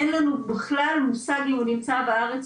אין לנו בכלל מושג אם הוא נמצא בארץ,